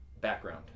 background